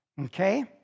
Okay